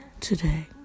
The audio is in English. today